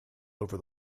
over